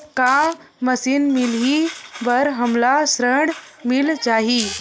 का मशीन मिलही बर हमला ऋण मिल जाही?